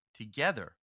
together